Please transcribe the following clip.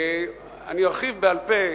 אני ארחיב בעל-פה,